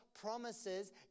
promises